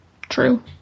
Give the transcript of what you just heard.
true